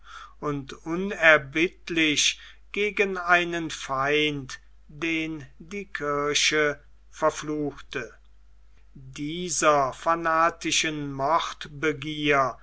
und unerbittlich gegen einen feind den die kirche verfluchte dieser fanatischen